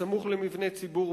בסמוך למבני ציבור,